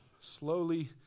slowly